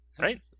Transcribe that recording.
Right